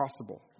possible